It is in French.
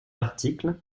article